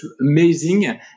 amazing